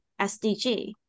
SDG